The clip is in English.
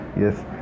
Yes